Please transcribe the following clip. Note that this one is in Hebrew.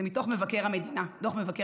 זה מדוח מבקר המדינה.